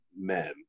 men